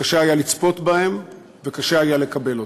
שקשה היה לצפות בהם וקשה היה לקבל אותם.